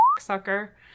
Sucker